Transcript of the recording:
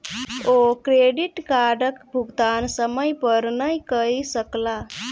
ओ credit कार्डक भुगतान समय पर नै कय सकला